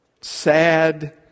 sad